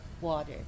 water